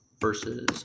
versus